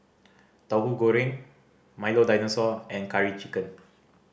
Tauhu Goreng Milo Dinosaur and Curry Chicken